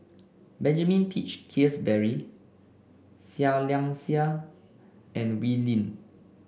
Benjamin Peach Keasberry Seah Liang Seah and Wee Lin